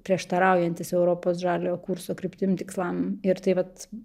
prieštaraujantys europos žaliojo kurso kryptim tikslam ir tai vat